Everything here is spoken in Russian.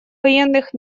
военных